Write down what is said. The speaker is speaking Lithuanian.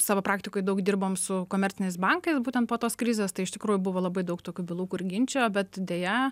savo praktikoj daug dirbom su komerciniais bankais būtent po tos krizės tai iš tikrųjų buvo labai daug tokių bylų kur ginčijo bet deja